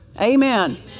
Amen